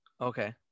Okay